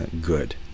good